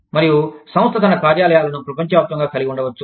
మరియు సంస్థ తన కార్యాలయాలను ప్రపంచవ్యాప్తంగా కలిగి ఉండవచ్చు